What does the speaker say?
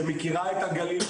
שמכירה את הגליל,